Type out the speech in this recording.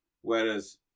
whereas